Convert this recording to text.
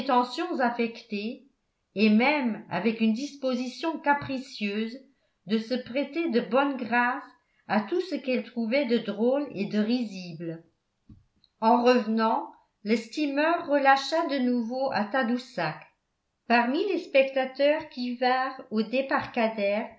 prétentions affectées et même avec une disposition capricieuse de se prêter de bonne grâce à tout ce qu'elles trouvaient de drôle et de risible en revenant le steamer relâcha de nouveau à tadoussac parmi les spectateurs qui vinrent au